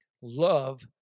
love